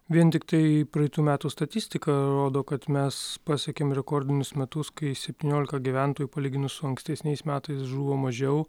vien tiktai praeitų metų statistika rodo kad mes pasiekėm rekordinius metus kai septyniolika gyventojų palyginus su ankstesniais metais žuvo mažiau